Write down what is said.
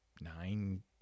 nine